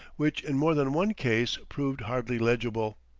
which in more than one case proved hardly legible.